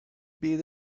beat